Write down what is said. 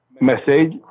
message